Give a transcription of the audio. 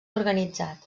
organitzat